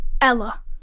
Ella